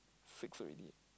six already